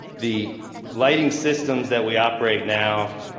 the lighting systems that we operate now,